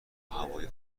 هوای